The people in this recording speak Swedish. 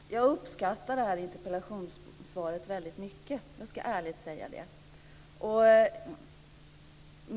Fru talman! Jag uppskattar det här interpellationssvaret väldigt mycket. Det ska jag ärligt säga.